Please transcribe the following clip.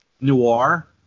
Noir